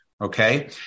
okay